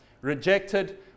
rejected